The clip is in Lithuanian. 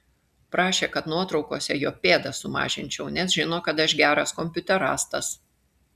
prašė kad nuotraukose jo pėdas sumažinčiau nes žino kad aš geras kompiuterastas